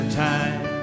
time